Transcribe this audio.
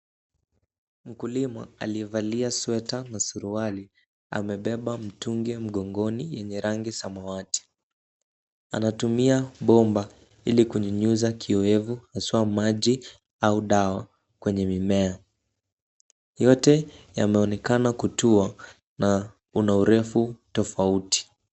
Mkulima aliyevalia sweta na suruali amebeba mtungi mgongoni yenye rangi samawati. Anatumia bomba ili kunyunyuza kiowevu haswa maji au dawa kwenye mimea. Yote yameonekana kutua na una urefu tofauti.